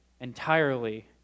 entirely